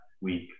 week